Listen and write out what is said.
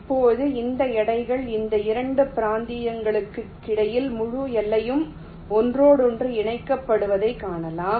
இப்போது இந்த எடைகள் இந்த 2 பிராந்தியங்களுக்கிடையில் முழு எல்லையும் ஒன்றோடொன்று இணைக்கப்படுவதைக் காணலாம்